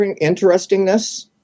interestingness